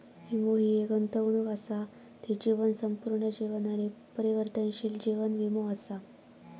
वीमो हि एक गुंतवणूक असा ती जीवन, संपूर्ण जीवन आणि परिवर्तनशील जीवन वीमो असा